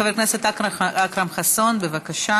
חבר הכנסת אכרם חסון, בבקשה,